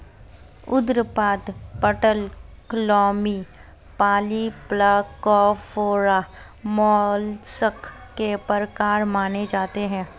उदरपाद, पटलक्लोमी, polyplacophora, mollusc के प्रकार माने जाते है